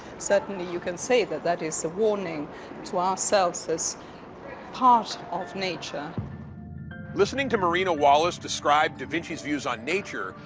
certainly you can say that that is a warning to ourselves as part of nature. levy listening to marina wallace describe da vinci's views on nature,